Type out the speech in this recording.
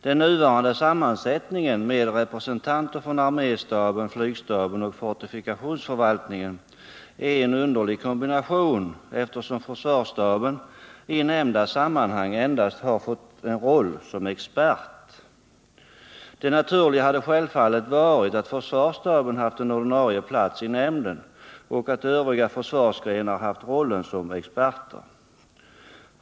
Den nuvarande sammansättningen med representanter för arméstaben, flygstaben och fortifikationsförvaltningen är en underlig kombination, eftersom försvarsstaben i nämnda sammanhang endast har fått en roll som expert. Det naturliga hade självfallet varit att försvarsstaben haft en ordinarie plats i nämnden och att övriga försvarsgrenar haft rollen av experter.